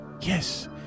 Yes